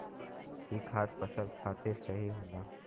ई खाद फसल खातिर सही होला